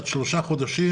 עד שלושה חודשים